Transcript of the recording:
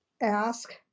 ask